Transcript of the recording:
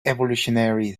evolutionary